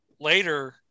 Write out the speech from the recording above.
later